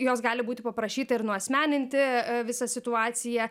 jos gali būti paprašyta ir nuasmeninti visą situaciją